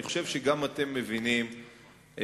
אני לא מאפשר את זה.